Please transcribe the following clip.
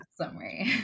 summary